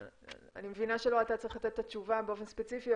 אני מבינה שלא אתה צריך לתת את התשובה באופן ספציפי,